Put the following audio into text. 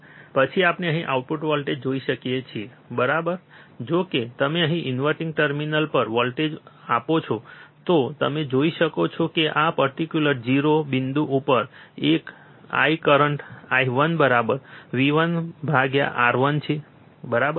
પછી આપણે અહીં આઉટપુટ વોલ્ટેજ જોઈ શકીએ છીએ બરાબર કે જો તમે ઇન્વર્ટીંગ ટર્મિનલ પર વોલ્ટેજ આપો છો તો તમે જોઈ શકો છો કે આ પર્ટીક્યુલર 0 બિંદુ ઉપર I કરંટ I1V1R1 છે બરાબર